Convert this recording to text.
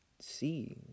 see